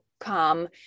come